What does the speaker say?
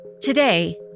Today